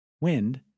Wind